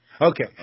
Okay